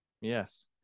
Yes